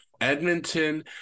Edmonton